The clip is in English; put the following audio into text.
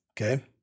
okay